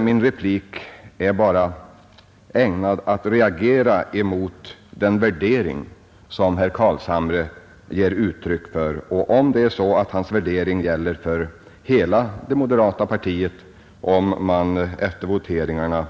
Min replik är bara avsedd som en reaktion mot den värdering som herr Carlshamre själv ger uttryck för. Om det är så att hans värdering gäller för hela moderata samlingspartiet, om man efter voteringarna